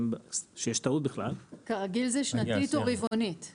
זה שנתית או רבעונית?